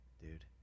dude